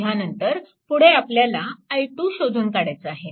ह्यानंतर पुढे आपल्याला i2 शोधून काढायचा आहे